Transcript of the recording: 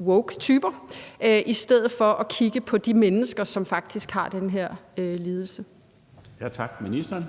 woketyper i stedet for at kigge på de mennesker, som faktisk har den her lidelse? Kl. 13:19 Den